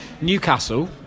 Newcastle